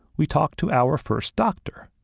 we talked to our first doctor.